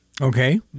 Okay